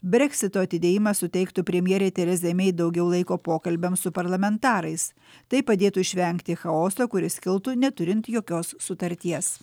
breksito atidėjimas suteiktų premjerė teresai meitheresa may daugiau laiko pokalbiams su parlamentarais tai padėtų išvengti chaoso kuris kiltų neturint jokios sutarties